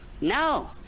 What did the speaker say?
No